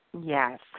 Yes